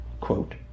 quote